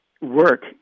work